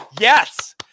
yes